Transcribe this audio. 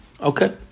Okay